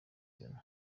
phiona